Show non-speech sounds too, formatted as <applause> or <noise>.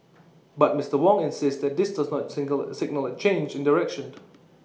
but Mister Wong insists this does not single signal A change in direction <noise>